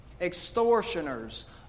extortioners